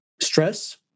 stress